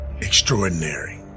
Extraordinary